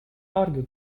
argued